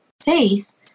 faith